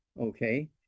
okay